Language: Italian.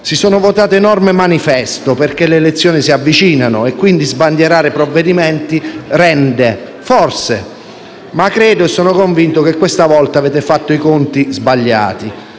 Si sono votate norme "manifesto" perché le elezioni si avvicinano. E quindi sbandierare provvedimenti rende. Forse. Ma credo, sono convinto che questa volta avete fatto i conti sbagliati.